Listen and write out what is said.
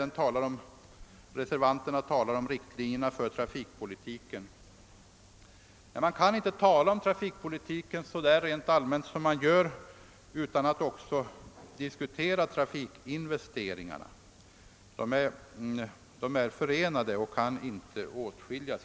Re servanterna tar upp frågan om riktlinjerna för trafikpolitiken, men man kan inte diskutera trafikpolitiken så där rent allmänt utan att också diskutera trafikinvesteringarna — de båda sakerna hör ihop och kan inte åtskiljas.